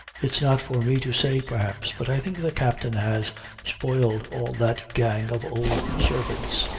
it's not for me to say, perhaps, but i think the captain has spoiled all that gang of old servants.